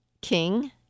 king